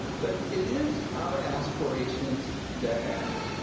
but it is our aspirations that matter.